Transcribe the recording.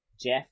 Jeff